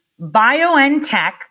BioNTech